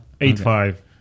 Eight-five